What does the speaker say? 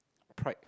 pride